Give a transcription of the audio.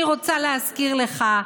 אני רוצה להזכיר לך,